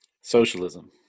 Socialism